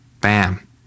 Bam